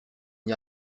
n’y